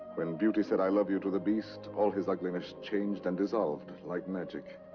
when beauty said i love you to the beast, all his ugliness changed and dissolved, like magic.